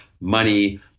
money